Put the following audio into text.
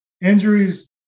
injuries